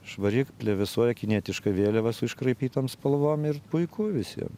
švari plevėsuoja kinietiška vėliava su iškraipytom spalvom ir puiku visiem